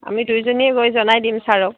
আমি দুয়োজনীয়ে গৈ জনাই দিম ছাৰক